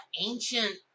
ancient